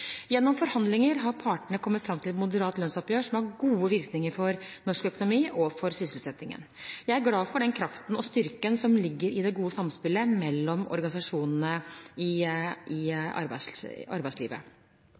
som har gode virkninger for norsk økonomi og for sysselsettingen. Jeg er glad for den kraften og styrken som ligger i det gode samspillet mellom organisasjonene i arbeidslivet. Regjeringen har ikke ønsket å svekke skattefradraget for fagforeningskontingenten. I